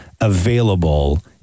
available